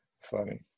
Funny